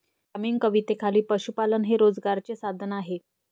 ग्रामीण कवितेखाली पशुपालन हे रोजगाराचे साधन आहे